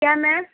क्या मैम